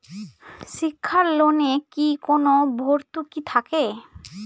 শিক্ষার লোনে কি কোনো ভরতুকি থাকে?